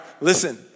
listen